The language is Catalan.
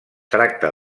tracta